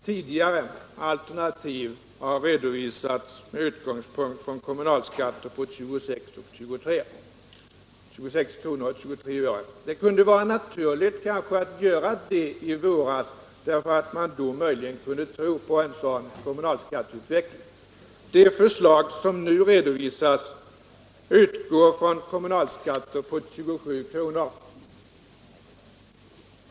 Tidigare alternativ har redovisats med utgångspunkt i kommunalskatter på 26 kronor 23 öre. Det kunde kanske vara naturligt att göra det i våras därför att man då kunde tro på en sådan kommunalskatteutveckling. Det förslag som nu redovisas utgår från kommunalskatter på 27 kronor.